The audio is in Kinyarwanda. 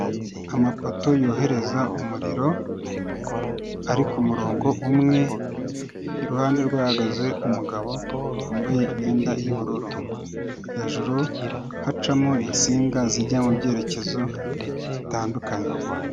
Amapoto yohereza umuriro ari kumurongo umwe iruhande rwahagaze umugabo wambaye imyenda yubururu hejuru hacamo insinga zijya mubyerekezo bitandukanye.